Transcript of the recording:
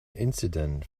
incident